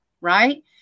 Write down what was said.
Right